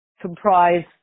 comprise